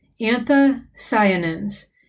anthocyanins